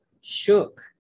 shook